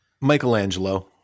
Michelangelo